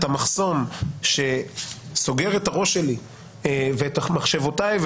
המחסום שסוגר את הראש שלי ואת מחשבותיי,